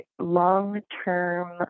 long-term